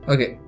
Okay